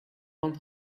one